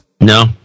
No